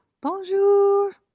bonjour